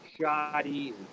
shoddy